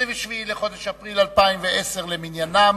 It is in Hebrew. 27 בחודש אפריל 2010 למניינם.